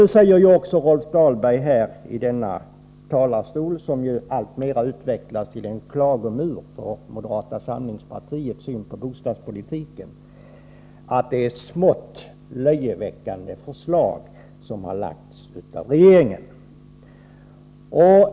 Nu säger Rolf Dahlberg här i talarstolen, som alltmer utvecklas till en klagomur för moderata samlingspartiets syn på bostadspolitiken, att det är smått löjeväckande förslag som regeringen har lagt fram.